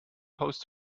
post